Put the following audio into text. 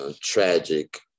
tragic